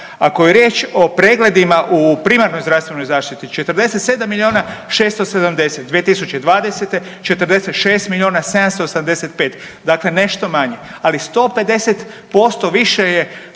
Ako je riječ o pregledima u primarnoj zdravstvenoj zaštiti 47 miliona 670, 2020. 46 miliona 785, dakle nešto manje, ali 150% više je